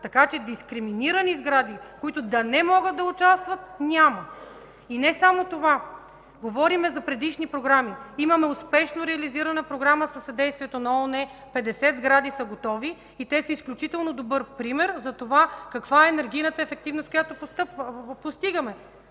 Така че дискриминирани сгради, които да не могат да участват, няма. Не само това. Говорим за предишни програми. Имаме успешно реализирана програма със съдействието на ООН – 50 сгради са готови и те са изключително добър пример за това каква е енергийната ефективност, която постигаме.